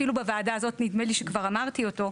אפילו בוועדה הזאת נדמה לי שכבר אמרתי אותו: